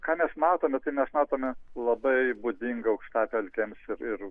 ką mes matome mes matome labai būdingą aukštapelkėms ir ir